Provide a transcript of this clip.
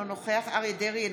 אינו נוכח אריה מכלוף דרעי,